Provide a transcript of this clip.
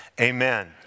amen